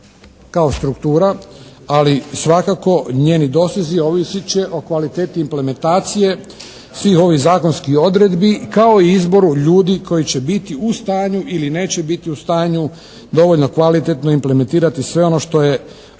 kao struktura ali svakako njeni dosezi ovisit će o kvaliteti implementacije svih ovih zakonskih odredbi kao i izboru ljudi koji će biti u stanju ili neće biti u stanju dovoljno kvalitetno implementirati sve ono što je